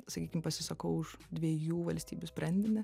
sakykim pasisakau už dviejų valstybių sprendinį